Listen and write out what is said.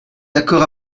d’accord